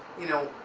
you know,